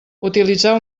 utilitzar